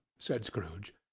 said scrooge.